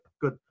good